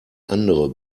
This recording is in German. andere